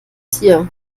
tier